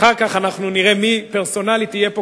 אחר כך אנחנו נראה מי פרסונלית יהיה פה,